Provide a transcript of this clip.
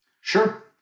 Sure